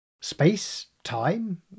Space-time